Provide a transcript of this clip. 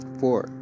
four